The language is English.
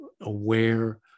aware